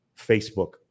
Facebook